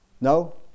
No